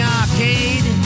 arcade